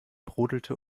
brodelte